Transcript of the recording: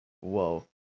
whoa